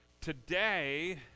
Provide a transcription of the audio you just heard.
today